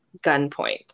gunpoint